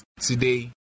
today